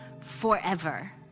forever